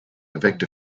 vector